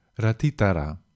Ratitara